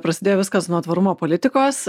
prasidėjo viskas nuo tvarumo politikos